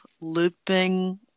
looping